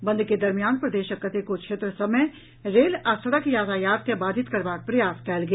बंद के दरमियान प्रदेशक कतेको क्षेत्र सभ मे रेल आ सड़क यातायात के बाधित करबाक प्रयास कयल गेल